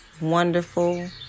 wonderful